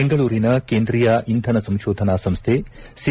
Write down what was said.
ಬೆಂಗಳೂರಿನ ಕೇಂದ್ರೀಯ ಇಂಧನ ಸಂಶೋಧನಾ ಸಂಸ್ಥೆ ಸಿ